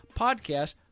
podcast